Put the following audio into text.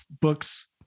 book's